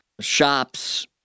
shops